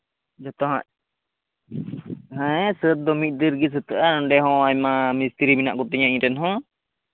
ᱡᱚᱛᱚ ᱦᱟᱸᱜ ᱥᱟᱹᱛ ᱫᱚ ᱢᱤᱫ ᱫᱤᱱ ᱨᱮᱜᱮ ᱥᱟᱹᱛᱟᱹᱜᱼᱟ ᱚᱸᱰᱮ ᱦᱚᱸ ᱟᱭᱢᱟ ᱢᱤᱥᱛᱨᱤ ᱢᱮᱱᱟᱜ ᱠᱚᱛᱤᱧᱟ ᱤᱧ ᱨᱮᱱ ᱦᱚᱸ